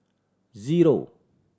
zero